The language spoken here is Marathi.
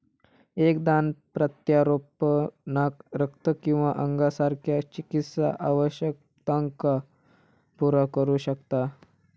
एक दान प्रत्यारोपणाक रक्त किंवा अंगासारख्या चिकित्सा आवश्यकतांका पुरा करू शकता